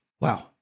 Wow